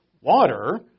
water